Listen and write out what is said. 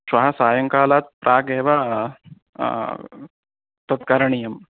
श्वः सायङ्कालात् प्राक् एव तत् करणीयम्